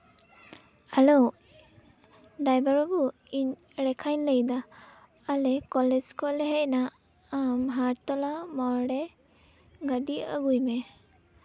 hello driver ᱵᱟᱹᱵᱩ ᱤᱧ ᱨᱮᱠᱷᱟᱧ ᱞᱟᱹᱭᱫᱟ ᱟᱞᱮ ᱠᱚᱞᱮᱡᱽ ᱠᱷᱚᱱᱞᱮ ᱦᱮᱡ ᱮᱱᱟ ᱟᱢ ᱦᱟᱴ ᱛᱚᱞᱟ ᱢᱳᱲ ᱨᱮ ᱜᱟᱹᱰᱤ ᱟᱹᱜᱩᱭ ᱢᱮ